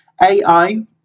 AI